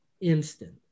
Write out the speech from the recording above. Instant